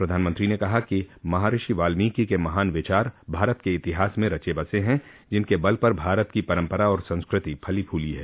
प्रधानमंत्री ने कहा कि महर्षि वाल्मीकि के महान विचार भारत के इतिहास में रचे बसे हैं जिनके बल पर भारत की परम्परा और संस्कृति फली फूली है